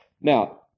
Now